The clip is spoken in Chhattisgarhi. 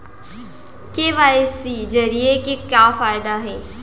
के.वाई.सी जरिए के का फायदा हे?